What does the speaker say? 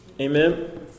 Amen